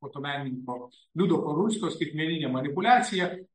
fotomenininko liudo parulskio skaitmeninė manipuliacija